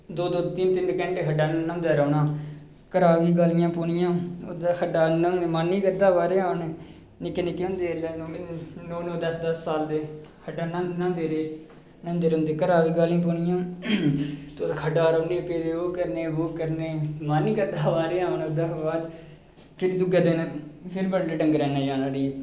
दो दो तिन तिन घैंटे खड्ढा न्हांदे रौह्ना घरा दा बी गालियां पौनियां उद्धरा खड्ढा दा मन करदा हा बाह्रे आने गी निक्के निक्के होंदे जेल्लै नौ नौ दस दस साल दे खड्ढा न्हांदे रेह् न्होंदे रेह् घरा बी गालियां पौनियां तुस खड्ढा रौह्ने पेदे ओह् करने ओह् करने मन नीं करदा हा बाह्रे गी औने दा ओह्दे शा बादा च फिर दुए दिन फ्ही बड़लै डंग्गरें नै जाना उठी